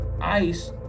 ICE